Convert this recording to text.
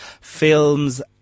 films